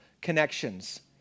connections